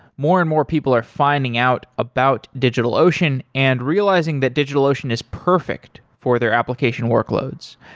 more and more people are finding out about digitalocean and realizing that digitalocean is perfect for their application workloads.